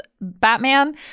Batman